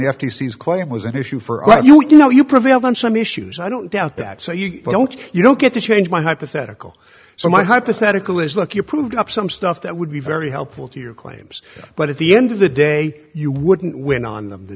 his claim was an issue for you you know you prevailed on some issues i don't doubt that so you don't you don't get to change my hypothetical so my hypothetical is look you approved up some stuff that would be very helpful to your claims but at the end of the day you wouldn't win on them the